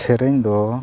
ᱥᱮᱨᱮᱧ ᱫᱚ